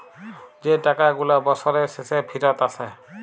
যে টাকা গুলা বসরের শেষে ফিরত আসে